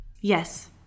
Yes